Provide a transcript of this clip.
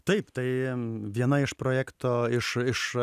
taip tai viena iš projekto iš iš